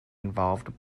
involved